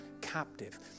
captive